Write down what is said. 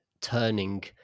turning